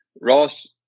Ross